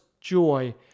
joy